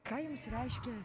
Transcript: ką jums reiškia